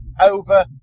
over